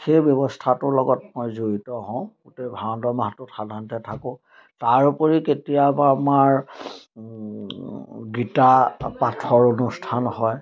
সেই ব্যৱস্থাটোৰ লগত মই জড়িত হওঁ গোটেই ভাদৰ মাহটোত সাধাৰণতে থাকোঁ তাৰ উপৰি কেতিয়াবা আমাৰ গীতা পাঠৰ অনুষ্ঠান হয়